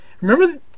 Remember